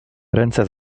ręce